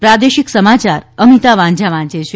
પ્રાદેશિક સમાચાર અમિતા વાંઝા વાંચે છે